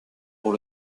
pour